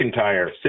McIntyre